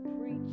preach